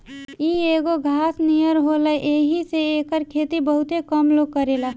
इ एगो घास नियर होला येही से एकर खेती बहुते कम लोग करेला